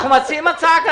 אנחנו מציעים הצעה.